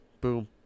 boom